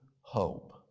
hope